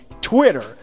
Twitter